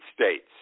States